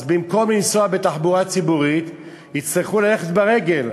אז במקום לנסוע בתחבורה ציבורית יצטרכו ללכת ברגל.